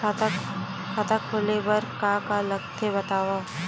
खाता खोले बार का का लगथे बतावव?